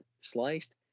sliced